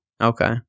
Okay